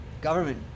government